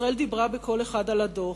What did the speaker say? ישראל דיברה בקול אחד על הדוח.